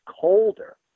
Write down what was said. colder